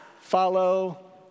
follow